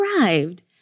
arrived